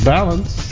Balance